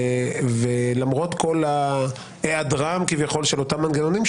למרות היעדרם כביכול של אותם מנגנונים,